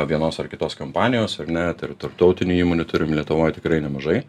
vienos ar kitos kompanijos ar net ir tarptautinių įmonių turim lietuvoj tikrai nemažai